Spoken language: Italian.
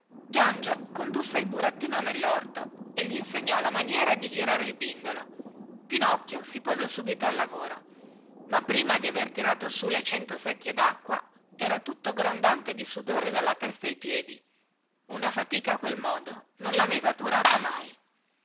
giangio condusse il burattino nellorto e glinsegnò la maniera di girare il bindolo pinocchio si pose subito al lavoro ma prima di aver tirato su le cento secchie dacqua era tutto grondante di sudore dalla testa ai piedi una fatica a quel modo non laveva durata mai